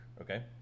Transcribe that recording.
okay